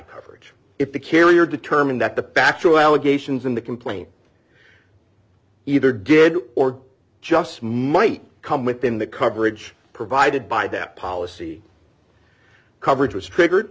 coverage if the carrier determined that the factual allegations in the complaint either good or just smite come within the coverage provided by that policy coverage was triggered